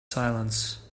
silence